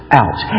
out